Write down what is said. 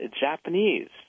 Japanese